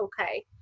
okay